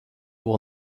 will